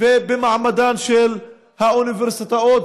ובמעמדן של האוניברסיטאות,